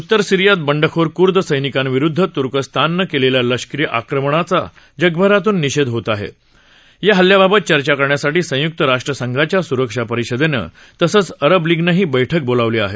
उत्तर सिरीयात बंडखोर कुर्द सैनिकांविरुद्ध तुर्कस्ताननं केलेल्या लष्करी आक्रमणाचा जगभरातून निषेध होत असून या हल्ल्याबाबत चर्चा करण्यासाठी संयुक्त राष्ट्रसंघाच्या सुरक्षा परिषदेनं तसंच अरब लीगनंही बैठक बोलावली आहे